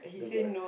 okay lah